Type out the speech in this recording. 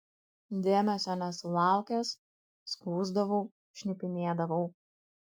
dėmesio nesulaukęs skųsdavau šnipinėdavau